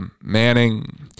Manning